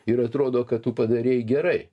ir atrodo kad tu padarei gerai